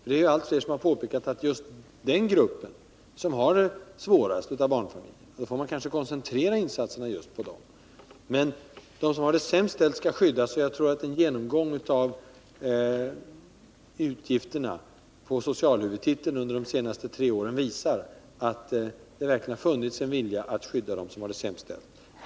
Allt fler har påpekat att den gruppen har det svårast av barnfamiljerna. Då får man kanske koncentrera insatserna just på dem. En genomgång av utgifterna på socialhuvudtiteln de senaste tre åren visar att det verkligen har funnits en vilja att skydda dem som har det sämst ställt.